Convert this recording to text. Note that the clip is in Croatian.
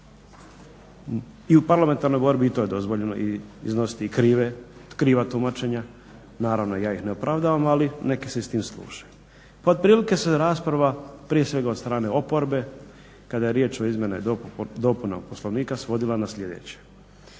I u parlamentarnoj bori i to je dozvoljeno, i iznositi kriva tumačenja. Naravno ja ih ne opravdavam, ali neki se i s tim služe. Otprilike se rasprava, prije svega od strane oporbe, kada je riječ o izmjenama i dopunama Poslovnika svodila na sljedeće: